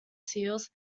seals